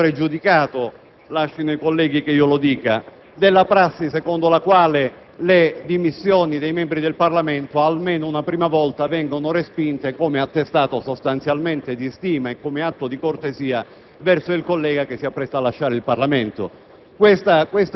una forzatura, un utilizzo piuttosto spregiudicato - i colleghi lascino che lo dica - della prassi secondo la quale le dimissioni dei membri del Parlamento almeno una prima volta vengono respinte, come attestato di stima e atto di cortesia